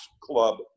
Club